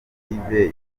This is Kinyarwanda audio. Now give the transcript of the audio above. koperative